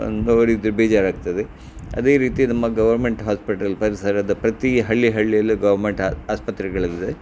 ನೋಡಿದರೆ ಬೇಜಾರಾಗ್ತದೆ ಅದೇ ರೀತಿ ನಮ್ಮ ಗವರ್ಮೆಂಟ್ ಹಾಸ್ಪಿಟಲ್ ಪರಿಸರದ ಪ್ರತಿ ಹಳ್ಳಿ ಹಳ್ಳಿಯಲ್ಲೂ ಗವರ್ಮೆಂಟ್ ಹಾ ಆಸ್ಪತ್ರೆಗಳಿವೆ